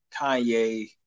Kanye